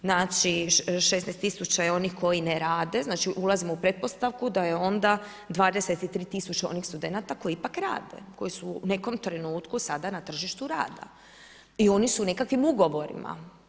Znači 16000 onih koji ne rade, znači ulazimo u pretpostavku da je onda 23000 onih studenta koji ipak rade, koji su u nekom trenutku sada na tržištu rada i oni su na nekakvim ugovorima.